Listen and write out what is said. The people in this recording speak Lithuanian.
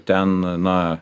ten na